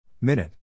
Minute